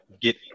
get